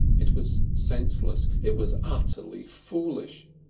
it was senseless, it was utterly foolish,